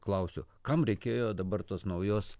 klausiu kam reikėjo dabar tos naujos